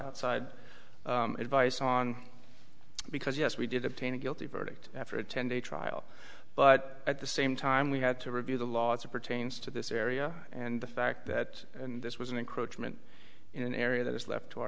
outside advice on because yes we did obtain a guilty verdict after a ten day trial but at the same time we had to review the laws of pertains to this area and the fact that this was an encroachment in an area that is left to our